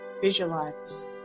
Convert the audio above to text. visualize